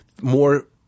more